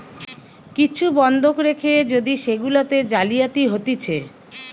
কিছু বন্ধক রেখে যদি সেগুলাতে জালিয়াতি হতিছে